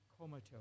comatose